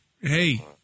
Hey